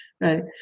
right